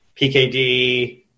PKD